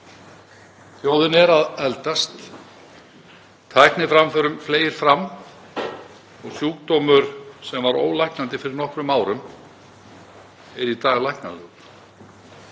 Þjóðin er að eldast. Tækniframförum fleygir fram og sjúkdómur sem var ólæknandi fyrir nokkrum árum er í dag er læknanlegur.